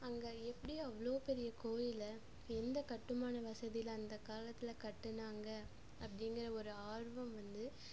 அங்கே எப்படி அவ்வளோ பெரிய கோவில எந்த கட்டுமான வசதியில் அந்தக்காலத்தில் கட்டினாங்க அப்படிங்கிற ஒரு ஆர்வம் வந்து